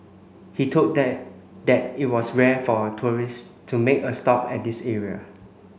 he told them that it was rare for tourists to make a stop at this area